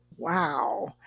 Wow